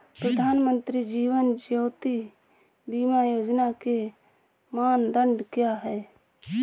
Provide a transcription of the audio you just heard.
प्रधानमंत्री जीवन ज्योति बीमा योजना के मानदंड क्या हैं?